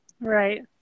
right